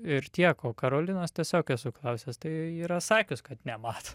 ir tiek o karolinos tiesiog esu klausęs tai yra sakius kad nemato